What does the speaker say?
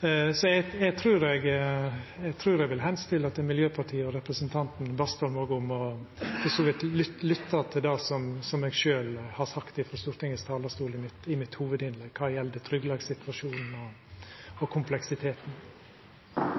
Eg trur eg vil be Miljøpartiet Dei Grøne og representanten Bastholm om å lytta til det eg sjølv har sagt i hovudinnlegget mitt frå talarstolen i Stortinget, kva gjeld tryggleikssituasjonen og